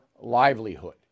livelihood